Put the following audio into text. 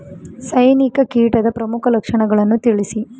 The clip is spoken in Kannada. ಸೈನಿಕ ಕೀಟದ ಪ್ರಮುಖ ಲಕ್ಷಣಗಳನ್ನು ತಿಳಿಸಿ?